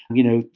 you know,